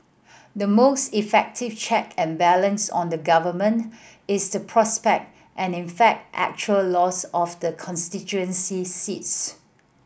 the most effective check and balance on the Government is the prospect and in fact actual loss of the constituency seats